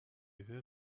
her